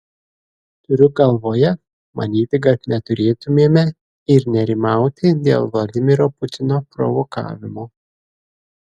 turiu galvoje manyti kad neturėtumėme ir nerimauti dėl vladimiro putino provokavimo